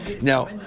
Now